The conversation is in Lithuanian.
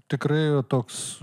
tikrai toks